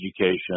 education